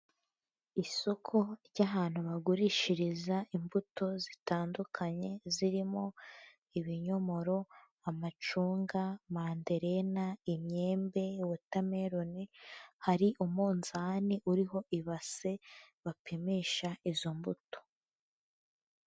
Isoko ry'ahantu bagurishiriza imbuto zitandukanye zirimo ibinyomoro, amacunga, manderine, imyembe, watermelon; hari umunzani uriho ibase bapimisha izo mbuto.